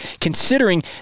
considering